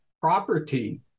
property